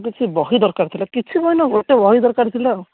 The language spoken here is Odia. କିଛି ବହି ଦରକାର ଥିଲା କିଛି ବହି ନୁହେଁ ଗୋଟେ ବହି ଦରକାର ଥିଲା ଆଉ